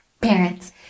Parents